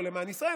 לא למען ישראל,